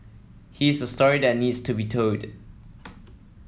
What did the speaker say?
his is a story that needs to be told